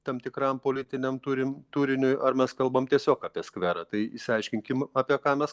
tam tikram politiniam turim turiniui ar mes kalbam tiesiog apie skverą tai išsiaiškinkim apie ką mes